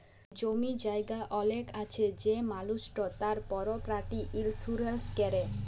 জমি জায়গা অলেক আছে সে মালুসট তার পরপার্টি ইলসুরেলস ক্যরে